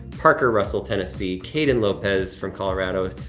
parker russell tennessee. kaden lopez from colorado,